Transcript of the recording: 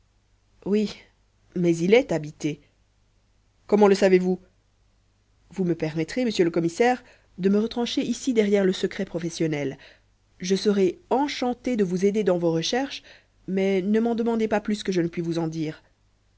oui mais il est habité comment le savez-vous vous me permettrez monsieur le commissaire de me retrancher ici derrière le secret professionnel je serai enchanté de vous aider dans vos recherches mais ne m'en demandez pas plus que je ne puis vous en dire